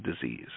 disease